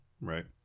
Right